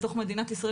בתוך מדינת ישראל,